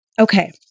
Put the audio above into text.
Okay